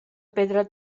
pedra